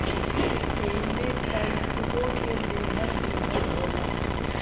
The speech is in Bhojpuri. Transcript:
एईमे पइसवो के लेहल दीहल होला